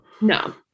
No